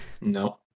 No